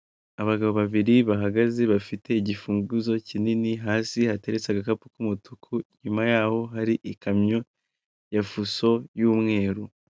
Abagabo babiri bahagaze bafite igifunguzo kinini, hasi hateretse agakapu k'umutuku, inyuma yaho hari ikamyo ya fuso y'umweru.